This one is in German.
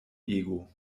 ego